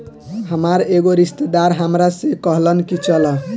हामार एगो रिस्तेदार हामरा से कहलन की चलऽ